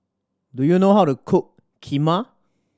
do you know how to cook Kheema